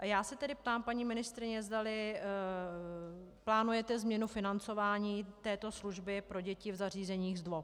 Já se tedy, paní ministryně, ptám, zdali plánujete změnu financování této služby pro děti v zařízeních ZDVOP.